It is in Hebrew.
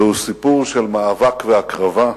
זהו סיפור של מאבק והקרבה,